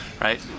right